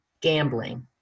gambling